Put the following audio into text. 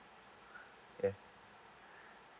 yeah